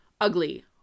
ugly